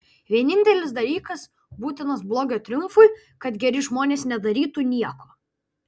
vienintelis dalykas būtinas blogio triumfui kad geri žmonės nedarytų nieko